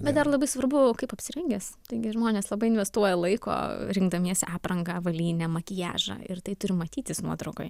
bet dar labai svarbu kaip apsirengęs taigi žmonės labai investuoja laiko rinkdamiesi aprangą avalynę makiažą ir tai turi matytis nuotraukoje